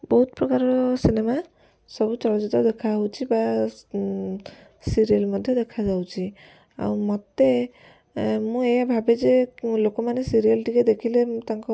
ବହୁତ ପ୍ରକାରର ସିନେମା ସବୁ ଚଳଚ୍ଚିତ୍ର ଦେଖାହେଉଛି ବା ସିରିଏଲ୍ ମଧ୍ୟ ଦେଖାଯାଉଛି ଆଉ ମୋତେ ମୁଁ ଏୟା ଭାବେ ଯେ ଲୋକମାନେ ସିରିଏଲ୍ ଟିକେ ଦେଖିଲେ ତାଙ୍କ